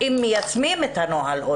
האם מיישמים את הנוהל או